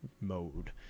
mode